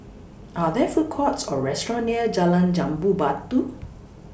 Are There Food Courts Or restaurants near Jalan Jambu Batu